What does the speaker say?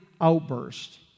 outburst